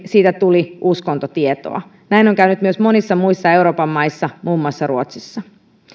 siitä tuli uskontotietoa näin on käynyt myös monissa muissa euroopan maissa muun muassa ruotsissa